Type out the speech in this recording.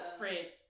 friends